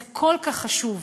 זה כל כך חשוב,